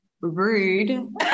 rude